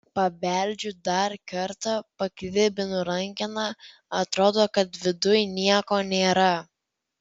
pabeldžiu dar kartą paklibinu rankeną atrodo kad viduj nieko nėra